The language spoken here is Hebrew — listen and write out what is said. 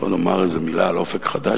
ולא נאמר איזו מלה על "אופק חדש",